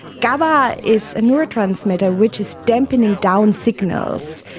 gaba is a neurotransmitter which is dampening down signals.